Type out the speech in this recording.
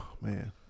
man